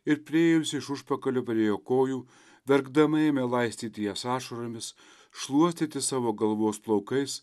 ir priėjusi iš užpakalio prie jo kojų verkdama ėmė laistyti jas ašaromis šluostyti savo galvos plaukais